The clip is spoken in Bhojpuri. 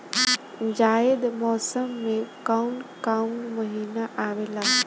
जायद मौसम में काउन काउन महीना आवेला?